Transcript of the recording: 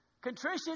Contrition